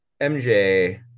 MJ